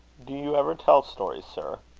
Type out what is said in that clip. do you ever tell stories, sir?